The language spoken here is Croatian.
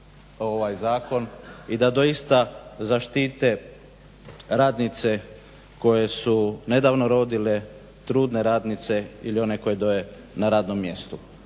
i da doista zaštite radnice koje su nedavno rodile, trudne radnice ili one koje doje na radnom mjestu.